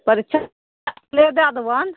परीक्षा ले दए देबनि